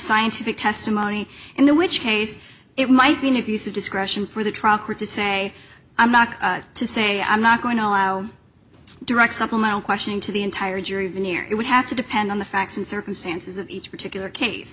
scientific testimony in there which case it might be an abuse of discretion for the trucker to say i'm not to say i'm not going to allow direct supplemental questioning to the entire jury veneer it would have to depend on the facts and circumstances of each particular case